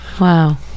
Wow